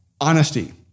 honesty